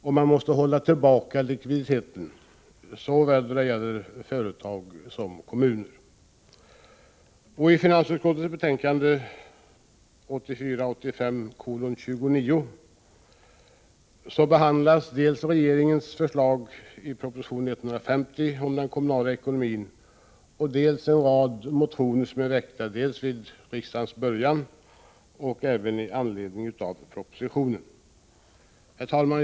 Och man måste hålla tillbaka likviditeten när det gäller såväl företag som kommuner. I finansutskottets betänkande 1984/85:29 behandlas dels regeringens förslag i proposition 150 om den kommunala ekonomin, dels en rad motioner som har väckts under allmänna motionstiden och med anledning av propositionen. Herr talman!